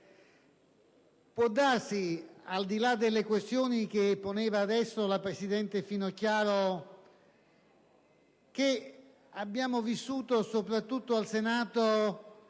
Può darsi, al di là delle questioni appena poste dalla presidente Finocchiaro, che abbiamo vissuto, soprattutto al Senato,